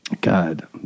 God